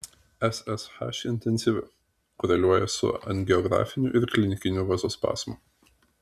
ssh intensyvi koreliuoja su angiografiniu ir klinikiniu vazospazmu